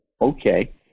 Okay